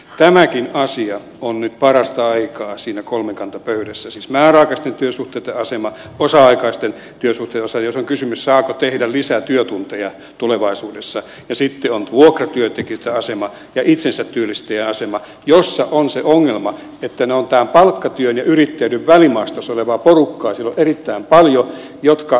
tämäkin asia on nyt parasta aikaa siinä kolmikantapöydässä siis määräaikaisten työsuhteitten asema osa aikaisten työsuhteitten asema jossa on kysymys siitä saako tehdä lisätyötunteja tulevaisuudessa ja sitten on vuokratyöntekijöitten asema ja itsensä työllistäjien asema jossa on se ongelma että ne ovat palkkatyön ja yrittäjyyden välimaastossa olevaa porukkaa